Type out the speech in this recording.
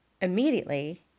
Immediately